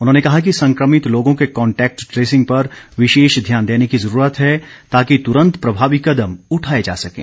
उन्होंने कहा कि संक्रमित लोगों के कॉन्टेक्ट ट्रेसिंग पर विशेष ध्यान देने की ज़रूरत है ताकि तुरंत प्रभावी कदम उठाए जा सकें